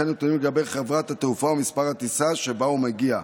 וכן נתונים לגבי חברת התעופה ומספר הטיסה שבה הוא מגיע.